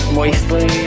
moistly